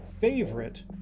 favorite